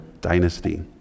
dynasty